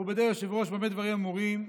מכובדי היושב-ראש, במה דברים אמורים?